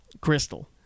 Crystal